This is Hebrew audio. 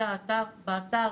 באתר